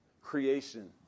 creation